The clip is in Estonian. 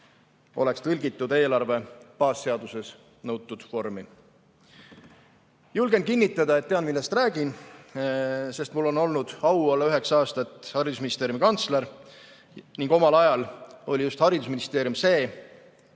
oleks tõlgitud eelarve baasseaduses nõutud vormi. Julgen kinnitada, et tean, millest räägin, sest mul on olnud au olla üheksa aastat haridusministeeriumi kantsler ning omal ajal oli just haridusministeerium see,